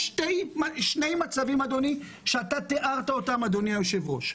יש שני מצבים שאתה תיארת, אדוני היושב-ראש.